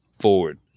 forward